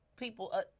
People